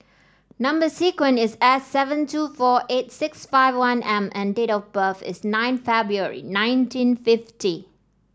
number sequence is S seven two four eight six five one M and date of birth is nine February nineteen fifty